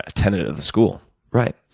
attending at the school? right.